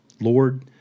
Lord